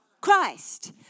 Christ